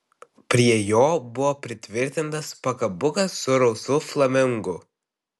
prie jo buvo pritvirtintas pakabukas su rausvu flamingu